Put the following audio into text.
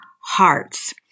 hearts